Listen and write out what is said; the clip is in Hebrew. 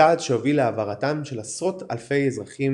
צעד שהוביל להעברתם של עשרות אלפי אזרחים